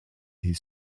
his